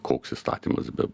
koks įstatymas be